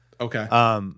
Okay